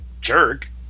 jerk